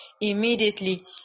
immediately